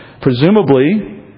Presumably